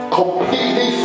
completely